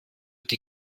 die